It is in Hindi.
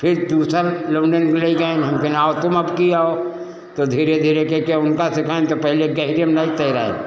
फिर दूसर लउंडन के लइ गैन हम कहेन आओ तुम अबकी आओ तो धीर धीरे कइ के उनका सिखाएन तो पहले कहि के हम नहीं तैराए